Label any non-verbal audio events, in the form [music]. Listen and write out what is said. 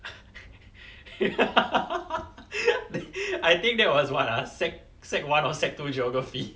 [laughs] I think that was what ah sec sec one or sec two geography